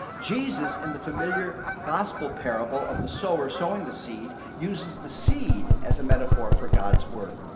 jesus, in the familiar gospel parable of the sower sowing the seed, uses the seed as a metaphor for god's word.